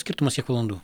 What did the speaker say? skirtumas kiek valandų